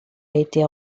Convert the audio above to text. été